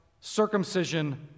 circumcision